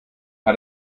hat